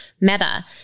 Meta